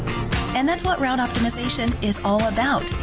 and that's what route optimization is all about,